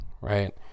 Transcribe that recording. right